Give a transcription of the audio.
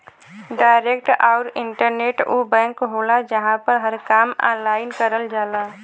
direct आउर internet उ bank होला जहां पर हर काम ऑनलाइन करल जाला